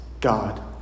God